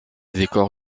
décors